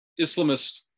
Islamist